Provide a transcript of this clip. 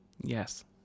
Yes